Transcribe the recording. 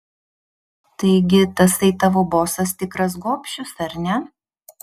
taigi tasai tavo bosas tikras gobšius ar ne